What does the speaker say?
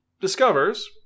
discovers